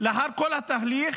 לאחר כל התהליך,